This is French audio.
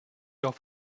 leurs